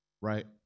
right